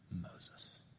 Moses